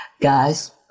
Guys